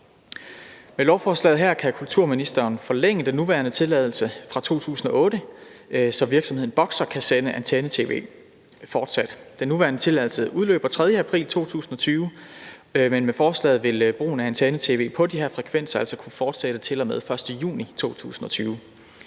Med lovforslaget her kan kulturministeren forlænge den nuværende tilladelse fra 2008, så virksomheden Boxer fortsat kan sende antenne-tv. Den nuværende tilladelse udløber den 3. april 2020, men med forslaget vil brugen af antenne-tv på de her frekvenser altså kunne fortsætte til og med den 1. juni 2020.